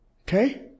Okay